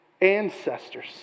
ancestors